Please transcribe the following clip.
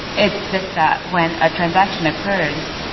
it's just that when a transaction occurs,